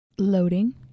Loading